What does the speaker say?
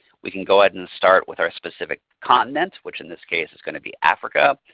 we can go ahead and start with our specific continent which in this case is going to be africa.